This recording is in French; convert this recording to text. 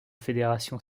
fédération